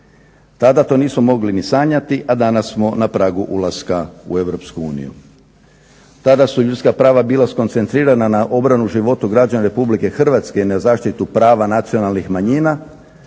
Tada to nismo mogli ni sanjati, a danas smo na pragu ulaska u EU. Tada su ljudska prava bila skoncentrirana na obranu života građana Republike Hrvatske i na zaštitu prava nacionalnih manjina,